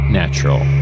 natural